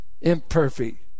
imperfect